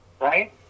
Right